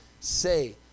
say